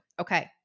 Okay